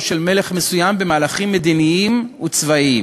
של מלך מסוים במהלכים מדיניים וצבאיים,